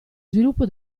sviluppo